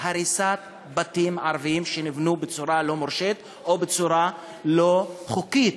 הריסת בתים ערביים שנבנו בצורה לא מורשית או בצורה לא חוקית.